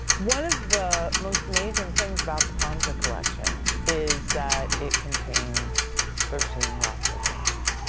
one of the most amazing things about the panza collection is that it contains thirteen rothko paintings.